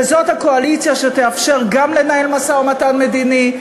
וזאת הקואליציה שתאפשר גם לנהל משא-ומתן מדיני,